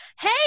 hey